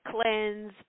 cleanse